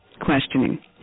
questioning